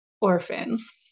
orphans